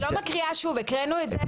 אני לא מקריאה שוב, הקראנו את זה.